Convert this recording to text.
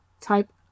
type